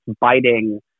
biting